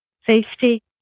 safety